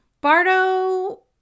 Bardo